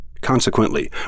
Consequently